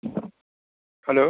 hello